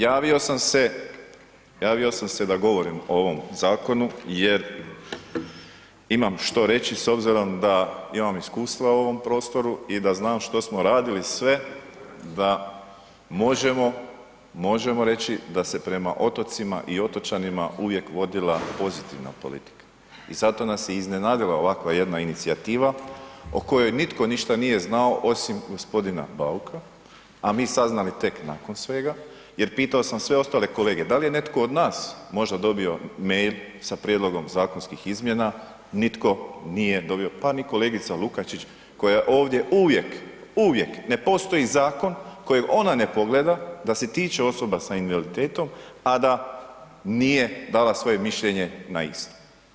Javio sam se da govorim o ovom zakonu jer imam što reći s obzirom da imam iskustva u ovom prostoru i da znam što smo radili sve da možemo, možemo reći da se prema otocima i otočanima uvijek vodila pozitivna politika i zato nas je i iznenadila ovakva jedna inicijativa o kojoj nitko ništa nije znao osim g. Bauka, a mi saznali tek nakon svega jer pitao sam sve ostale kolege, da li je netko od nas možda dobio mail sa prijedlogom zakonskih izmjena, nitko nije dobio, pa ni kolegica Lukačić koja je ovdje uvijek, uvijek, ne postoji zakon kojeg ona ne pogleda da se tiče osoba s invaliditetom, a da nije dala svoje mišljenje na isto.